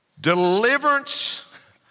Deliverance